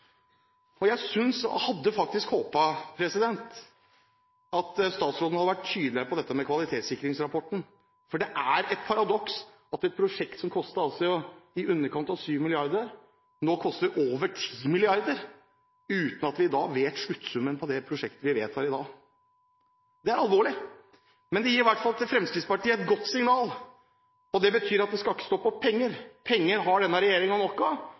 hadde faktisk håpet at statsråden hadde vært tydeligere på dette med kvalitetssikringsrapporten, for det er et paradoks at et prosjekt som altså koster i underkant av 7 mrd. kr, nå koster over 10 mrd. kr – uten at vi vet sluttsummen på det prosjektet vi vedtar i dag. Det er alvorlig, men det gir i hvert fall et godt signal til Fremskrittspartiet. Det betyr at det ikke skal stå på penger, for penger har denne